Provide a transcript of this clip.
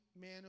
man